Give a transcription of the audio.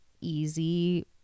easy